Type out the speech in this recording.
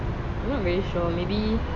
I'm not very sure maybe